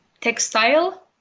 textile